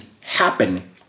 happen